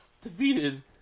defeated